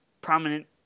prominent